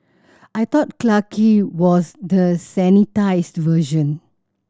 I thought Clarke Quay was the sanitised version